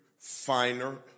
finer